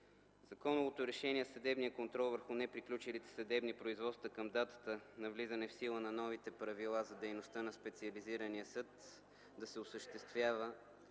контрол върху неприключилите съдебни производства към датата на влизане в сила на новите правила за дейността на специализирания съд да се осъществява